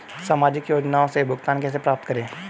सामाजिक योजनाओं से भुगतान कैसे प्राप्त करें?